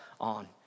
on